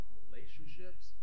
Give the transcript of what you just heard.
relationships